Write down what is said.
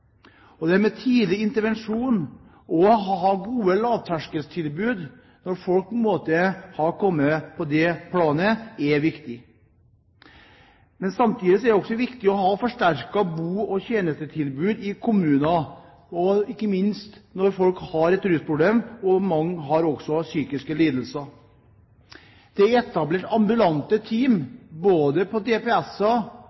Det med tidlig intervensjon og å ha gode lavterskeltilbud når folk har kommet på det planet, er viktig. Men samtidig er det også viktig å ha forsterket bo- og tjenestetilbud i kommuner, ikke minst når folk har et rusproblem. Mange har også psykiske lidelser. Det er etablert ambulante team ved DPS-er og